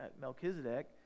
Melchizedek